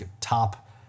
top